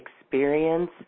experience